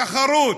תחרות,